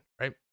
right